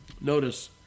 Notice